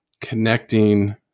connecting